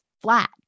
flat